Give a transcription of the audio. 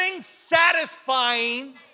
satisfying